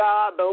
God